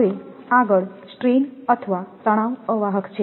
તેથી આગળ સ્ટ્રેન અથવા તણાવ અવાહક છે